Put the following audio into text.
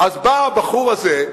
אז בא הבחור הזה,